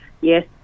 yes